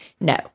No